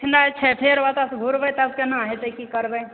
पूछने छै फेर ओतयसॅं घूरबै तऽ तब केना हेतै की करबै